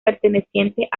pertenecientes